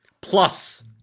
plus